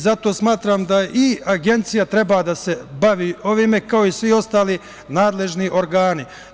Zato smatram da i Agencija treba da se bavi ovime, kao i svi ostali nadležni organi.